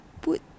put